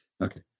Okay